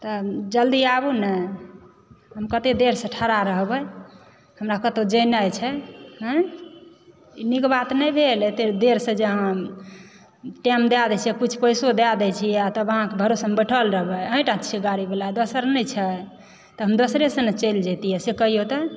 तऽ जल्दी आबू न हम कतए देरसे ठढ़ा रहबै हमरा कतौ जेनाइ छै ई नीक बात नहि भेल एतए देरसे जे अहाँ टाइम दय दै छी आ किछु पैसो दय दै तब अहाँकेँ भरोसमे हम बैठल रहबै अहीँटा छियै गाड़ी वाला दोसर नहि छै तऽ हम दूसरेसे नहि चलि जेतिए से कहिओ तऽ